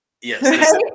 yes